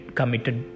committed